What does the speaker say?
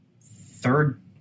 third